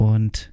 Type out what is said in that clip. Und